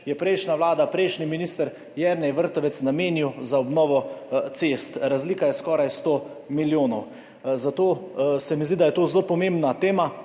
je prejšnja vlada, prejšnji minister Jernej Vrtovec namenil za obnovo cest, razlika je skoraj 100 milijonov. Zato se mi zdi, da je to zelo pomembna tema.